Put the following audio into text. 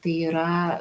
tai yra